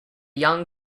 young